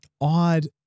odd